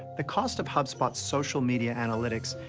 the cost of hubspot's social media analytics,